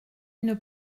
une